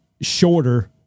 shorter –